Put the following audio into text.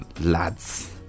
lads